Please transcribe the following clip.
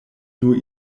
nur